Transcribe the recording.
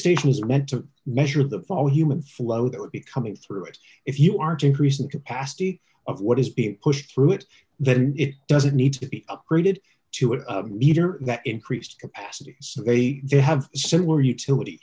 stations are meant to measure the volume of flow that would be coming through it if you aren't increasing the capacity of what is being pushed through it then it doesn't need to be upgraded to a meter that increased capacity so they do have similar utility